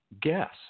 Guess